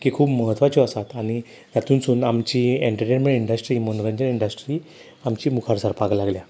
की खूब महत्वाच्यो आसात आनी हातूनसून एनटटेनमेंट इंडस्ट्री मनोरंजन इंडस्ट्री आमची मुखार सरपाक लागल्या